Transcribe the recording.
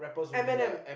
Eminem